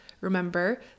remember